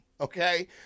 okay